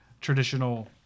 Traditional